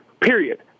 period